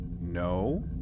no